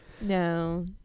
No